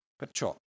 perciò